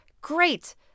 Great